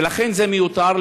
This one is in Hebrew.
ולכן זה מיותר.